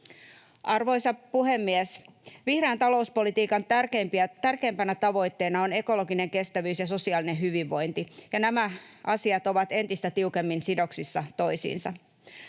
Arvoisa puhemies! Vihreän talouspolitiikan tärkeimpänä tavoitteena on ekologinen kestävyys ja sosiaalinen hyvinvointi, ja nämä asiat ovat entistä tiukemmin sidoksissa toisiinsa.